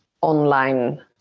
online